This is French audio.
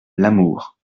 lamour